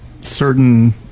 certain